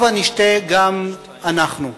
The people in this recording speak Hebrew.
הבה נשתה גם אנחנו.